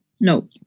no